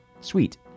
Sweet